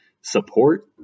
support